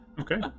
Okay